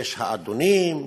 יש האדונים,